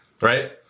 right